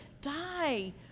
die